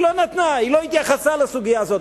היא לא נתנה, היא לא התייחסה לסוגיה הזאת.